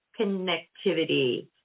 connectivity